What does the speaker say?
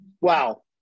Wow